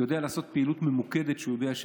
יודעת לעשות פעילות ממוקדת כשהיא יודעת,